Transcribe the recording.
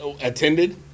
attended